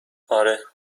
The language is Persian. آره